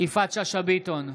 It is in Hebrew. יפעת שאשא ביטון,